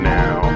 now